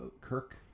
Kirk